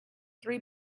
three